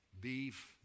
beef